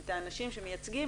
את האנשים שמייצגים,